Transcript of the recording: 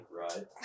Right